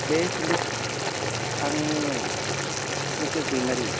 बे सुंद' सल' आं मुकेस दैमारि